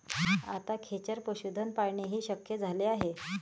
आता खेचर पशुधन पाळणेही शक्य झाले आहे